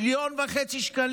1.5 מיליון שקלים,